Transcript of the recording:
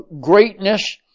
greatness